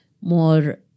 more